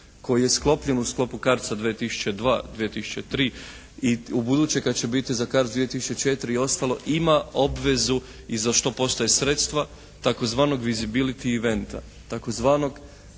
koji je sklopljen u sklopu CARDS-a 2002., 2003. i ubuduće kada će biti za CARDS 2004. i ostalo, ima obvezu i za što postoje sredstva tzv. visibility inventa tzv.